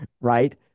right